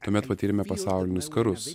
tuomet patyrėme pasaulinius karus